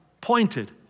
pointed